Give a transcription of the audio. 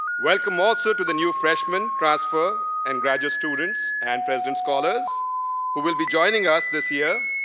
welcome also to the new freshmen, transfer and graduate students, and president's scholars who will be joining us this year.